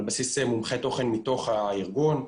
על בסיס מומחי תוכן מתוך הארגון,